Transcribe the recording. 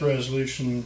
Resolution